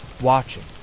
watching